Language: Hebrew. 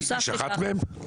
יש אחת מהן?